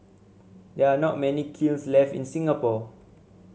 there are not many kilns left in Singapore